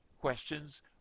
questions